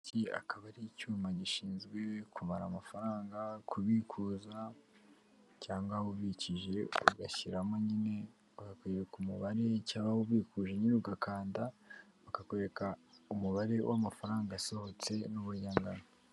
Iki akaba ari icyuma gishinzwe kubamara amafaranga, kubikuza, cyangwa ubikije ugashyiramo nyine bakakwereka umubare, cyangwa ubikuje nyine ugakanda, bakakwereka umubare w'amafaranga asohotse n'uburyo angana.